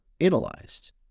analyzed